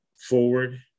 forward